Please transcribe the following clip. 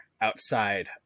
outside